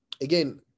again